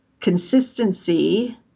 consistency